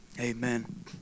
amen